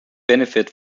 benefit